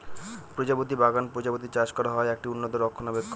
প্রজাপতি বাগান প্রজাপতি চাষ করা হয়, একটি উন্নত রক্ষণাবেক্ষণ